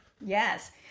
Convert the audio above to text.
Yes